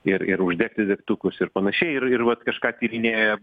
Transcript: ir ir uždegti degtukus ir panašiai ir ir vat kažką tyrinėja